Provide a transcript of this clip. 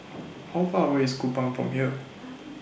How Far away IS Kupang from here